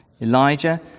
Elijah